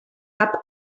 cap